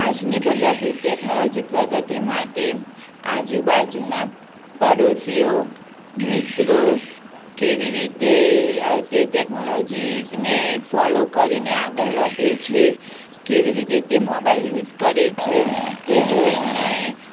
આજની બદલાતી ટેકનોલોજી પ્રગતિ માટે આજુબાજુના પાડોશીઓ મિત્રો કેવી રીતે તે ટેકનોલોજી ને ફોલો કરીને આગળ વધે છે કેવી રીતે તે મોબાઈલ યુસ કરે છે તે જોઈને